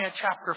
chapter